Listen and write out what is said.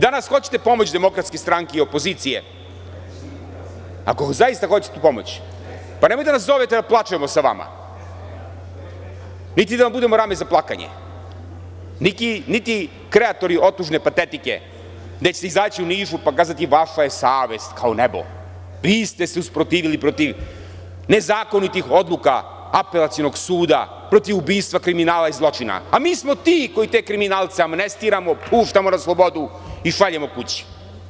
Danas hoćete pomoć DS i opozicije i ako zaista hoćete pomoć, nemojte da nas zovete da plačemo sa vama niti da vam budemo rame za plakanje, niti kreatori otužne patetike gde ćete izaći u Nišu pa kazati – vaša je savest kao nebo, vi ste se usprotivili protiv nezakonitih odluka Apelacionog suda, protiv ubistva, kriminala i zločina, a mi smo ti koje te kriminalce amnestiramo, puštamo na slobodu i šaljemo kući.